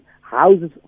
houses